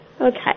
Okay